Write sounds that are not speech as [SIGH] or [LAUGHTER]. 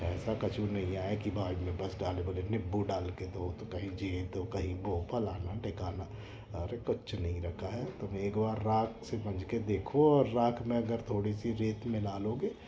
ऐसा कछू नहीं है कि [UNINTELLIGIBLE] में बस डाल बोले नींबू डाल कर धो तो कहीं ये तो कहीं वो फ़लाना ढेकाना अरे कुछ नहीं रखा है तुम एक बार राख़ से माँज के देखो और राख़ में अगर थोड़ी सी रेत मिला लोगे